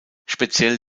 speziell